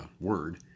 word